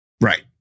Right